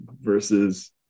versus